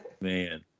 Man